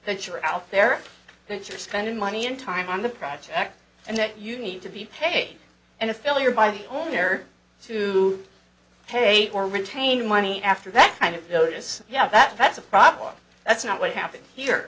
that you're out there that you're spending money and time on the project and that you need to be paid and a failure by the owner to pay or retain money after that kind of notice you have that that's a problem that's not what happened here